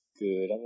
good